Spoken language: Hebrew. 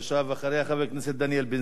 אחריה, חבר הכנסת דניאל בן-סימון.